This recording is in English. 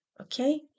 Okay